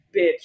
bitch